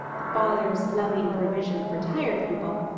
the father's loving provision for tired people,